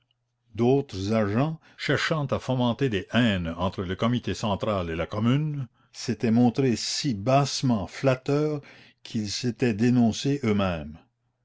d'autres agents cherchant à fomenter des haines entre le comité central et la commune s'étaient montrés si bassement flatteurs qu'ils s'étaient dénoncés eux-mêmes